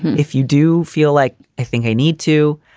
if you do feel like i think i need to.